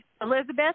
elizabeth